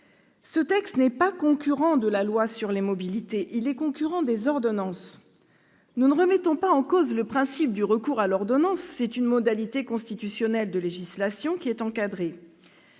Ce texte n'est pas concurrent de la loi sur les mobilités, il est concurrent des ordonnances. Nous ne remettons pas en cause le principe du recours à l'ordonnance, c'est une modalité constitutionnelle de législation qui est encadrée.